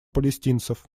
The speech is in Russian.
палестинцев